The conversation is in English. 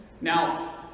Now